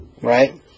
Right